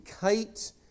Kate